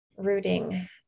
rooting